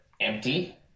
empty